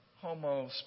homo